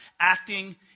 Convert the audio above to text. acting